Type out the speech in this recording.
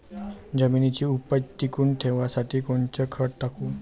जमिनीची उपज टिकून ठेवासाठी कोनचं खत टाकू?